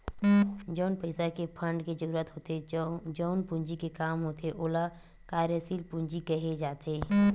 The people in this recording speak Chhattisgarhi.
जउन पइसा के फंड के जरुरत होथे जउन पूंजी के काम होथे ओला कार्यसील पूंजी केहे जाथे